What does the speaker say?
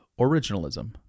originalism